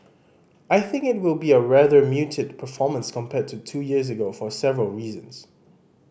I think it will be a rather muted performance compared to two years ago for several reasons